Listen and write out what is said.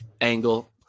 angle